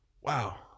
Wow